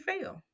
fail